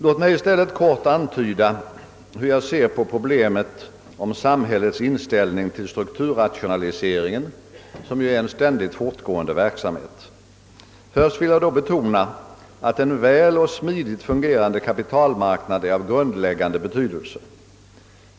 Låt mig i stället kort antyda hur jag ser på problemet med samhällets inställning till strukturrationaliseringen, som ju är en ständigt fortgående verksamhet. Först vill jag då betona att en väl och smidigt fungerande kapitalmarknad är av grundläggande betydelse.